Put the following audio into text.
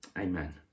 amen